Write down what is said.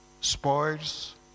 spoils